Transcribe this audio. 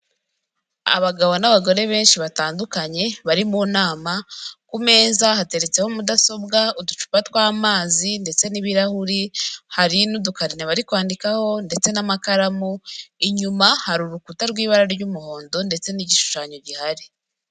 Abagabo n'abagore benshi batandukanye bari mu nama, ku meza hateretseho mudasobwa, uducupa tw'amazi ndetse n'ibirahuri. Hari n'udukarine bari kwandikaho ndetse n'amakaramu, inyuma hari urukuta rw'ibara ry'umuhondo ndetse n'igishushanyo gihari.